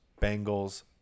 Bengals